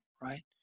right